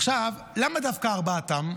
עכשיו, למה דווקא ארבעתם?